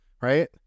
right